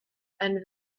and